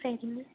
சரிங்க